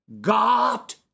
God